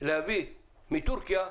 להביא מתורכיה,